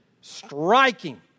striking